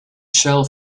shell